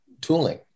tooling